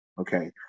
okay